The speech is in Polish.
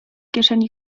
kieszeni